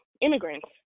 immigrants